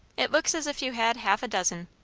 it looks as if you had half a dozen.